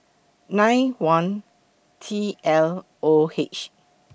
nine one T L O H